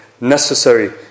necessary